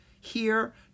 Here